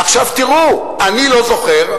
עכשיו תראו, אני לא זוכר,